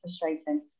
frustrating